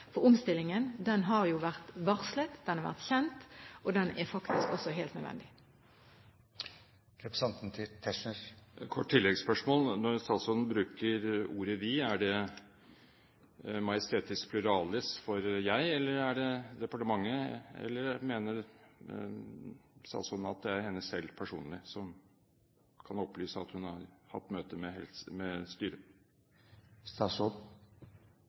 for omstillingen har vært varslet, den har vært kjent, og den er faktisk helt nødvendig. Et kort tilleggsspørsmål: Når statsråden bruker ordet «vi», er det majestetis pluralis for «jeg», eller er det departementet, eller mener statsråden det er hun selv personlig som kan opplyse om at hun har hatt møte med